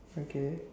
okay